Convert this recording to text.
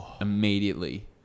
immediately